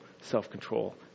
self-control